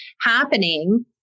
happening